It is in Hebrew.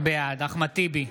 בעד אחמד טיבי,